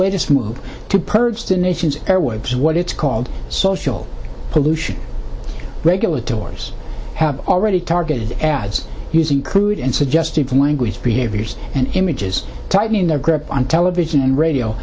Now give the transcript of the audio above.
latest move to purge the nation's airwaves what it's called social pollution regulatory have already targeted ads using crude and suggestive language behaviors and images tightening their grip on television and radio